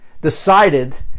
decided